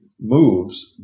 moves